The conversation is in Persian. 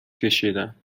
کشیدم